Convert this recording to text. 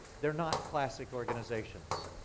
they're not classic organizations.